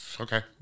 Okay